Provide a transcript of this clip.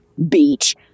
beach